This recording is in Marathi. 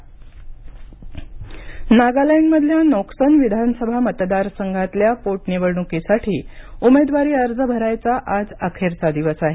नागालँड निवडणक नागालँडमधल्या नोक्सन विधानसभा मतदारसंघातल्या पोटनिवडणुकीसाठी उमेदवारी अर्ज भरायचा आज अखेरचा दिवस आहे